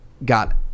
got